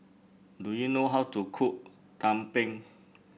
do you know how to cook tumpeng